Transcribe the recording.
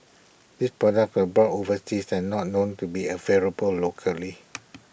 these products were bought overseas and not known to be available locally